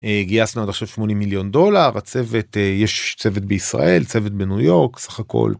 גייסנו עד עכשיו 80 מיליון דולר, הצוות, יש צוות בישראל צוות בניו יורק סך הכל.